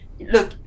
look